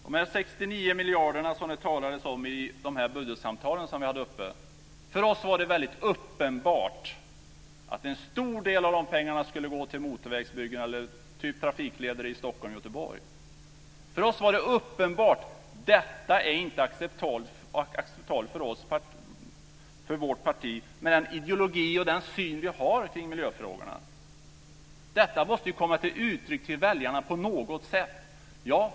Fru talman! När det gäller de 69 miljarder som det talades om i budgetsamtalen var det väldigt uppenbart för oss att en stor del av de pengarna skulle gå till motorvägsbyggen eller till trafikleder i Stockholm och Göteborg. För oss var det uppenbart att det inte var acceptabelt för vårt parti med den ideologi och den syn vi har kring miljöfrågorna. Detta måste komma till uttryck till väljarna på något sätt.